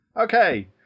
Okay